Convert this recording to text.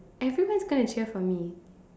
everyone is gonna cheer for me